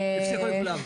הבטיחו לכולם.